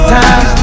time